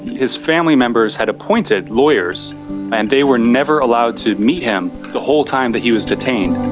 his family members had appointed lawyers and they were never allowed to meet him the whole time that he was detained.